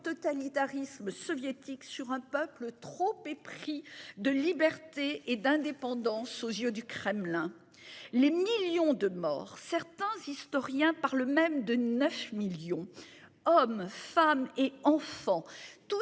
totalitarisme. Soviétique sur un peuple trop épris de liberté et d'indépendance aux yeux du Kremlin, les millions de morts, certains historiens par le même de neuf millions. Hommes, femmes et enfants tout